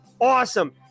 awesome